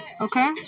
Okay